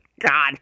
God